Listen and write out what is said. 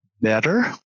better